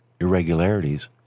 irregularities